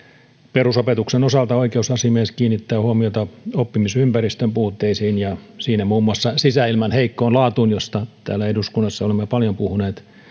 perusopetuksen osalta oikeusasiamies kiinnittää huomiota oppimisympäristön puutteisiin ja siinä muun muassa sisäilman heikkoon laatuun josta täällä eduskunnassa olemme paljon puhuneet